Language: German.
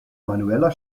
manueller